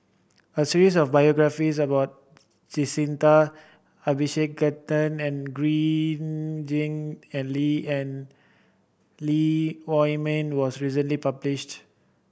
a series of biographies about Jacintha Abisheganaden and Green Zeng and Lee and Lee Huei Min was recently published